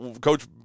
Coach